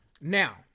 Now